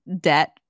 debt